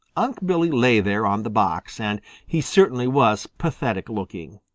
unc' billy lay there on the box, and he certainly was pathetic looking.